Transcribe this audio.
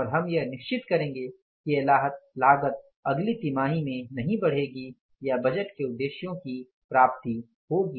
और हम यह निश्चित करेंगे कि यह लागत अगली तिमाही में नहीं बढ़ेगी या बजट के उद्देश्य की प्राप्ति होगी